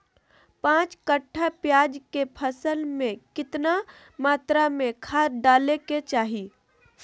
पांच कट्ठा प्याज के फसल में कितना मात्रा में खाद डाले के चाही?